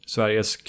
Sveriges